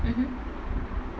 mmhmm